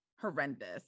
horrendous